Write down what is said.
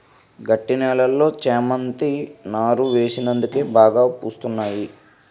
గట్టి నేలలో చేమంతి నారు వేసినందుకే బాగా పూస్తున్నాయి